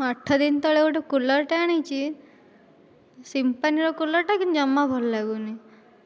ମୁଁ ଆଠ ଦିନ ତଳେ ଗୋଟେ କୁଲରଟା ଆଣିଛି ସିମ୍ଫୋନିର କୁଲରଟା କିନ୍ତୁ ଜମା ଭଲ ଲାଗୁନି